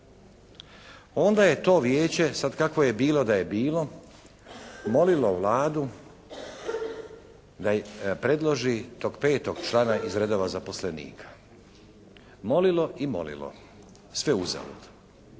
Onda je to Vijeće sad kakvo je bilo da je bilo, molilo Vladu da im predloži tog 5. člana iz redova zaposlenika. Molilo i molilo. Sve uzalud.